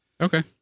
Okay